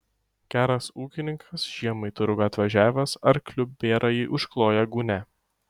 geras ūkininkas žiemą į turgų atvažiavęs arkliu bėrąjį užkloja gūnia